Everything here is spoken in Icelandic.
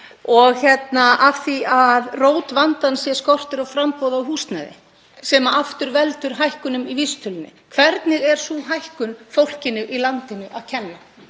af því að rót vandans sé skortur á framboði á húsnæði sem aftur veldur hækkunum á vísitölunni? Hvernig er sú hækkun fólkinu í landinu að kenna?